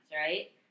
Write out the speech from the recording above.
right